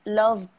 love